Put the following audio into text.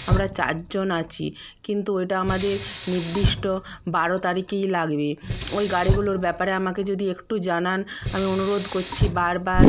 আমরা চারজন আছি কিন্তু ওইটা আমাদের নির্দিষ্ট বারো তারিখেই লাগবে ওই গাড়িগুলোর ব্যাপারে আমাকে যদি একটু জানান আমি অনুরোধ করছি বারবার